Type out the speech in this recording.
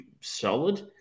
solid